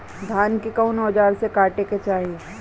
धान के कउन औजार से काटे के चाही?